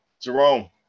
Jerome